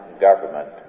government